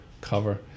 cover